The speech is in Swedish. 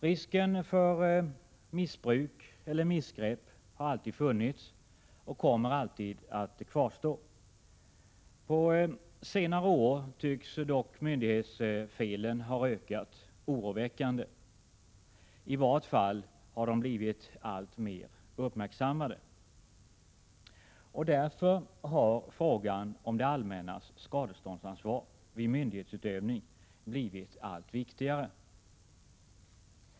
Risken för missbruk eller missgrepp har alltid funnits och kommer alltid att kvarstå. På senare år tycks dock myndighetsfelen ha ökat oroväckande. I vart fall har de blivit alltmer uppmärksammade. Därför har frågan om det allmännas skadeståndsansvar vid myndighetsutövning blivit allt viktigare.